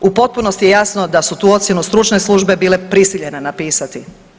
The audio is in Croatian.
U potpunosti je jasno da su tu ocjenu stručne službe bile prisiljene napisati.